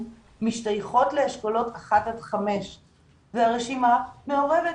משתייכות לאשכולות 5-1. הרשימה מעורבת,